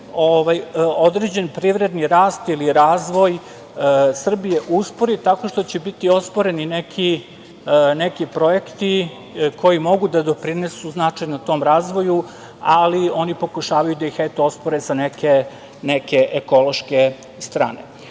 se određen privredni rast ili razvoj Srbije uspori, tako što će biti osporeni neki projekti koji mogu da doprinesu značajno tom razvoju, ali oni pokušavaju da ih ospore sa neke ekološke strane. Da